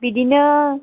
बिब्दिनो